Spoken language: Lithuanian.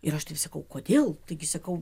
ir aš taip sakau kodėl taigi sakau